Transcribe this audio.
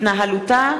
התנהלותה